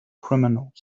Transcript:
criminals